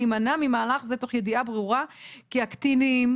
להימנע ממהלך זה תוך ידיעה ברורה כי הקטינים,